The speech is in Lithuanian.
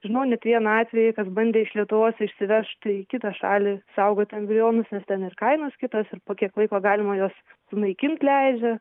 žinau net vieną atvejį kas bandė iš lietuvos išsivežt į kitą šalį saugot embrionus nes ten ir kainos kitos ir po kiek laiko galima juos sunaikint leidžia